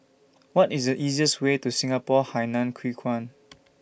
What IS The easiest Way to Singapore Hainan Hwee Kuan